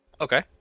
okay